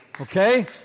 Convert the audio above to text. okay